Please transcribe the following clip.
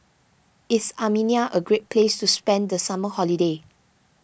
is Armenia a great place to spend the summer holiday